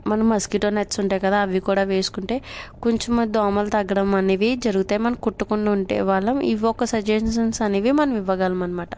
మన mosquito nets ఉంటాయి కదా అవి కూడా వేసుకుంటే కొంచెం దోమలు తగ్గడం అనేవి జరుగుతాయి మన కుట్టుకుంటూ ఉంటే వాళ్ళం ఇవి ఒక సజెషన్స్ అనేవి మనం ఇవ్వగలమన్నమాట